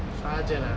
sergeant ah